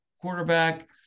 quarterback